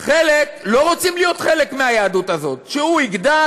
חלק לא רוצים להיות חלק מהיהדות הזאת: כשהוא יגדל,